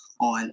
on